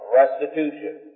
restitution